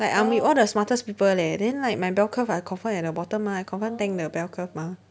like I'll be with all the smartest people leh then like my bell curve I confirm at the bottom mah I confirm tank the bell curve mah